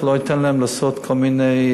לא אתן להם לעשות כל מיני